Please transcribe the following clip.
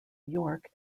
york